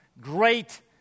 great